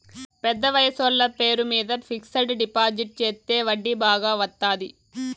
పెద్ద వయసోళ్ల పేరు మీద ఫిక్సడ్ డిపాజిట్ చెత్తే వడ్డీ బాగా వత్తాది